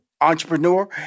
entrepreneur